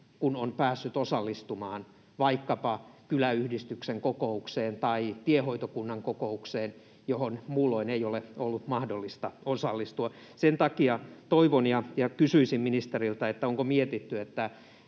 kun on päässyt osallistumaan vaikkapa kyläyhdistyksen kokoukseen tai tiehoitokunnan kokoukseen, johon muulloin ei ole ollut mahdollista osallistua. Sen takia toivon ja kysyisin ministeriltä: onko mietitty, onko